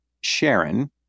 Sharon